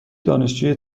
دانشجوی